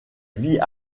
vit